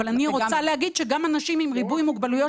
אבל גם אנשים עם ריבוי מוגבלויות,